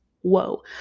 whoa